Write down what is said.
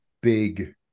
big